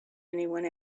anyone